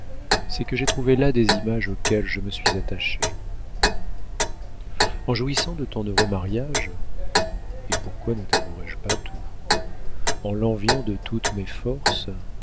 c'est que j'ai trouvé là des images auxquelles je me suis attachée en jouissant de ton heureux mariage et pourquoi ne tavouerais je pas tout en l'enviant de toutes mes forces